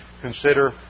consider